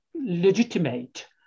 legitimate